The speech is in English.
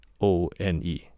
O-N-E